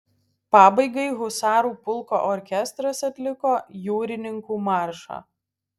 pabaigai husarų pulko orkestras atliko jūrininkų maršą